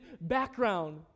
background